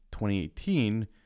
2018